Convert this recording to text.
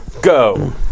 Go